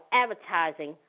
advertising